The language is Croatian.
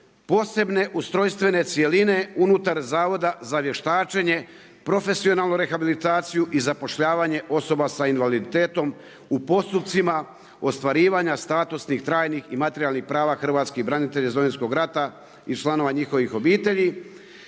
posebne ustrojstvene cjeline unutar Zavoda za vještačenje, profesionalnu rehabilitaciju i zapošljavanje osoba sa invaliditetom u postupcima ostvarivanja statusnih trajnih i materijalnih prava hrvatskih branitelja iz Domovinskog rata i članova njihovih obitelji,